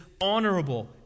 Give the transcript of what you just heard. honorable